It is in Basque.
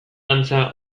antza